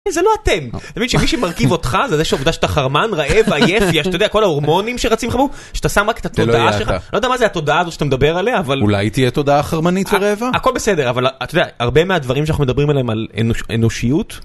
זה לא אתם מי שמרכיב אותך זה שאתה חרמן רעב עייפי שאתה יודע כל ההורמונים שרצים לך שאתה שם רק את התודעה שלך לא יודע מה זה התודעה הזאת שאתה מדבר עליה -אולי תהיה תודעה חרמנית ורעבה - הכל בסדר אבל אתה יודע הרבה מהדברים שאנחנו מדברים עליהם על אנושיות.